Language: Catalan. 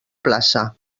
plaça